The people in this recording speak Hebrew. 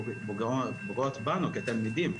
הן גם פוגעות בנו כתלמידים,